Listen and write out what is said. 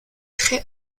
très